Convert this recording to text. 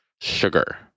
sugar